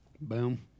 boom